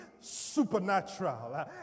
supernatural